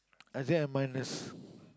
I say I minus